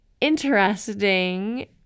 interesting